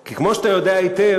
כי כמו שאתה יודע היטב,